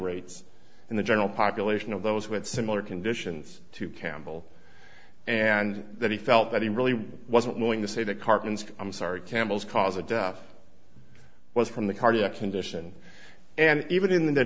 rates in the general population of those with similar conditions to campbell and that he felt that he really wasn't willing to say that cartons i'm sorry camels cause a deaf was from the cardiac condition and even in th